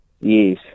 yes